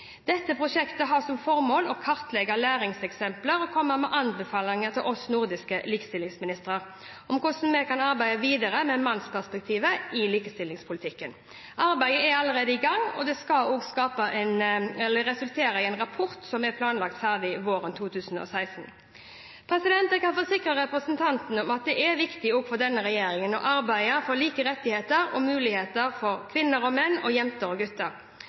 Dette prosjektet har som formål å kartlegge læringseksempler og komme med anbefalinger til oss nordiske likestillingsministre om hvordan vi kan arbeide videre med mannsperspektivet i likestillingspolitikken. Arbeidet er allerede i gang, og det skal resultere i en rapport som er planlagt ferdig våren 2016. Jeg kan forsikre representanten om at det er viktig også for denne regjeringen å arbeide for like rettigheter og muligheter for kvinner og menn, jenter og gutter.